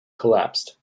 collapsed